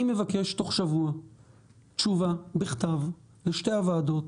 אני מבקש תוך שבוע תשובה בכתב לשתי הוועדות,